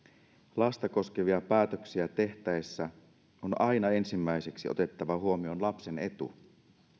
lasta koskevia päätöksiä tehtäessä on aina ensimmäiseksi otettava huomioon lapsen etu